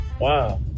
Wow